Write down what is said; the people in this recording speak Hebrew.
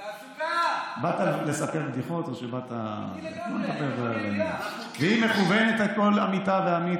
לספר בדיחות או שבאת, והיא מכוונת כל עמיתה ועמית